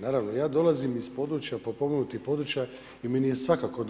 Naravno, ja dolazim iz područja potpomognutim područja i meni je svakako